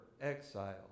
exile